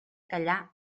callar